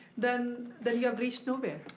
then then you have reached nowhere.